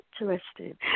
interesting